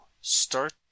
Start